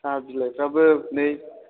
साहा बिलायफ्राबो नै